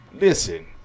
Listen